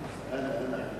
נתקבלה.